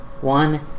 one